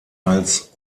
als